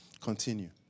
Continue